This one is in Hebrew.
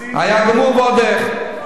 היה גמור ועוד איך.